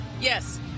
yes